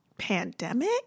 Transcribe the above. pandemic